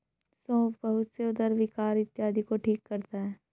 सौंफ बहुत से उदर विकार इत्यादि को ठीक करता है